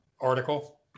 article